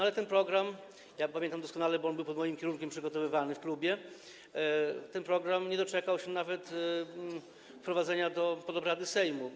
Ale ten program - pamiętam doskonale, bo on był pod moim kierunkiem przygotowywany w klubie - nie doczekał się nawet wprowadzenia pod obrady Sejmu.